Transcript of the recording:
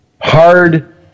hard